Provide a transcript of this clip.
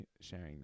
sharing